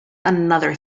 another